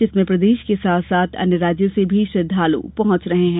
जिसमें प्रदेश के साथ साथ अन्य राज्यों से भी श्रद्वालु पहॅच रहे हैं